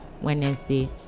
Wednesday